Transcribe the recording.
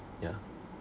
yeah